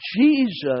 Jesus